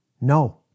No